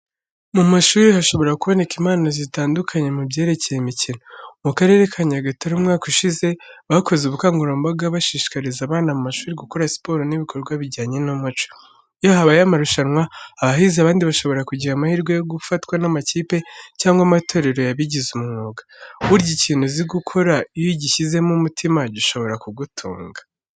Mu mashuri hashobora kuboneka impano zitandukanye mu byerekeye imikino. Mu Karere ka Nyagatare umwaka ushize, bakoze ubukangurambaga bashishikariza abana mu mashuri gukora siporo n'ibikorwa bijyanye n'umuco. Iyo habaye amarushanwa, abahize abandi bashobora kugira amahirwe yo gufatwa n'amakipe cyangwa amatorero yabigize umwuga. Burya ikintu uzi gukora, iyo ugishyizeho umutima gishobora kugutunga.